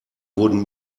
wurden